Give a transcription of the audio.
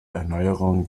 erneuerung